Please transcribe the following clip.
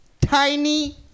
tiny